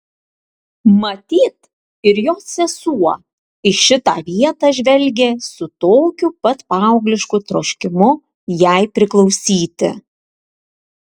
matyt ir jos sesuo į šitą vietą žvelgė su tokiu pat paauglišku troškimu jai priklausyti